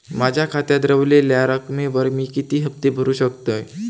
माझ्या खात्यात रव्हलेल्या रकमेवर मी किती हफ्ते भरू शकतय?